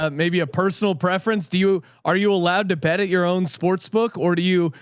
ah maybe a personal preference. do you, are you allowed to bet at your own sports book or do you,